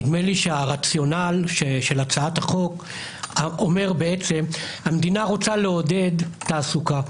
נדמה לי שהרציונל של הצעת החוק אומר שהמדינה רוצה לעודד תעסוקה.